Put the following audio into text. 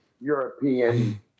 European